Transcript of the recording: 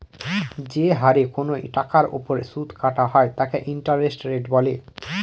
যে হারে কোনো টাকার ওপর সুদ কাটা হয় তাকে ইন্টারেস্ট রেট বলে